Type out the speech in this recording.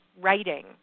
writing